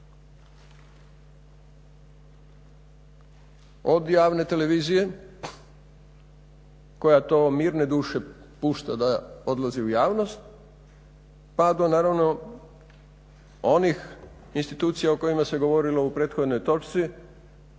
od javne televizije koja to mirne duše pušta da odlazi u javnost pa do naravno onih institucija o kojima se govorilo u prethodnoj točci,